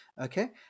okay